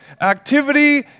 activity